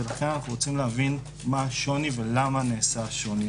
ולכן אנו רוצים להבין מה השוני ולמה הוא נעשה.